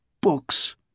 books